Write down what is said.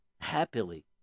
happily